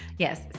Yes